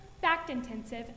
fact-intensive